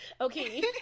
Okay